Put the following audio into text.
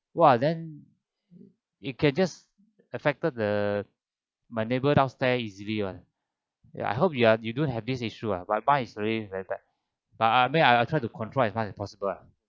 !wah! then it can just affected the my neighbour downstair easily [one] ya I hope you are you don't have this issue ah but mine is very very bad but I mean I I try to control as fine as possible ah